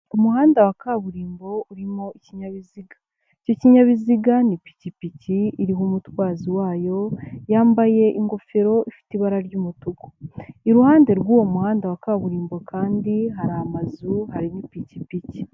Umuhanda wa kaburimbo urimo ikinyabiziga, icyo kinyabiziga ni ipikipiki iriho umutwazi wayo, yambaye ingofero ifite ibara ry'umutuku, iruhande rw'uwo muhanda wa kaburimbo kandi hari amazu hari n'ipikipiki.